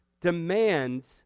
demands